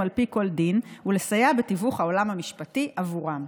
על פי כל דין ולסייע בתיווך העולם המשפטי עבורם.